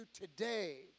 today